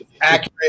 accurate